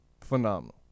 phenomenal